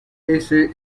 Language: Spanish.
ese